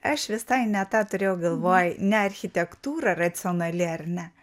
aš visai ne tą turėjau galvoj ne architektūra racionali ar ne